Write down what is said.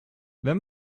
wenn